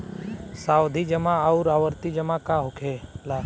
सावधि जमा आउर आवर्ती जमा का होखेला?